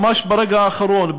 ממש ברגע האחרון,